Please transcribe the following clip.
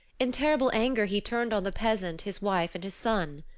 in terrible anger he turned on the peasant, his wife, and his son.